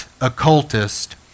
occultist